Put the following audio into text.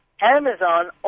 Amazon